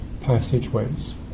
passageways